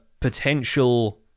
potential